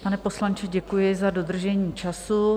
Pane poslanče, děkuji za dodržení času.